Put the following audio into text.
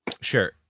Sure